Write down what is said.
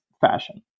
fashion